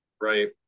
Right